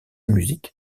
musique